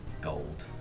gold